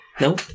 No